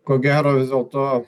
ko gero vis dėlto